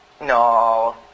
No